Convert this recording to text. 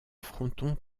fronton